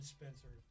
Spencer